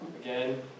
Again